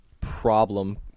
problem